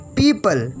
people